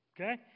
Okay